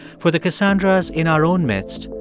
for the cassandras in our own midst,